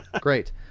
Great